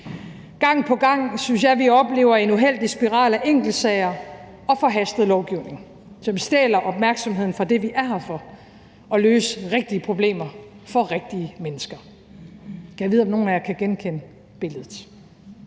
Gang på gang synes jeg vi oplever en uheldig spiral af enkeltsager og forhastet lovgivning, som stjæler opmærksomheden fra det, vi er her for, nemlig at løse rigtige problemer for rigtige mennesker. Gad vide, om nogen af jer kan genkende billedet.